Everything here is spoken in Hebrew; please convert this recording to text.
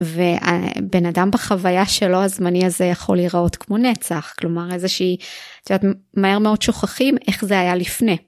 ובן אדם בחוויה שלו הזמני הזה יכול לראות כמו נצח כלומר איזה שהיא מהר מאוד שוכחים איך זה היה לפני.